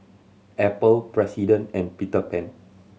Apple President and Peter Pan